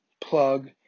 plug